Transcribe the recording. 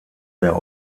der